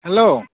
hello